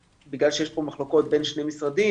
בגלל שיש פה מחלוקות בין שני משרדים,